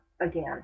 again